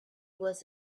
was